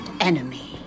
enemy